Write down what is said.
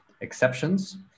exceptions